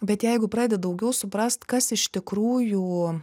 bet jeigu pradedi daugiau suprast kas iš tikrųjų